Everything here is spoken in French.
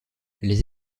les